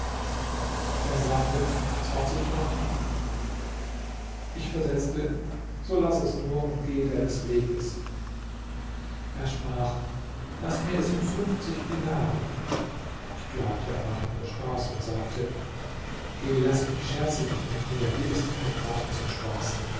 er sagte zwanzig drachmen ich versetzte so laß es nur und gehe deines weges er sprach laß mir es um fünfzig dinare ich glaubte er mache nur spaß und sagte geh laß mich scherze nicht mit mir hier ist kein ort zum spaßen